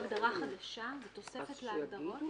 זו הגדרה --- זו הגדרה חדשה בתוספת להגדרות.